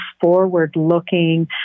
forward-looking